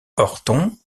orton